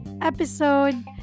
episode